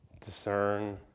discern